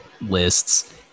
lists